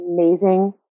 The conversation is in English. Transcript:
amazing